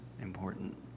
important